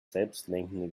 selbstlenkende